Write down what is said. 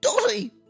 Dotty